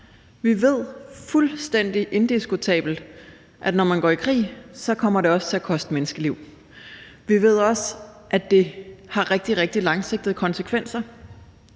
det er fuldstændig indiskutabelt – at når man går i krig, kommer det også til at koste menneskeliv. Vi ved også, at det har meget, meget langvarige konsekvenser